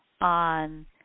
on